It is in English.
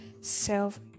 self